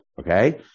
Okay